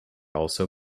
also